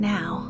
Now